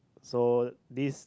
so this